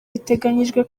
biteganyijwe